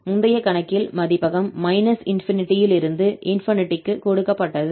முந்தைய கணக்கில் மதிப்பகம் −∞ இலிருந்து ∞ க்கு கொடுக்கப்பட்டது